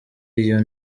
iyo